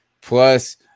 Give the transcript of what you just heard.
plus